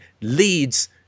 leads